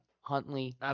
Huntley